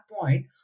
point